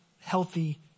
healthy